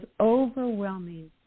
overwhelming